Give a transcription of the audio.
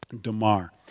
Damar